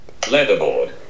Leaderboard